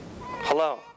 Hello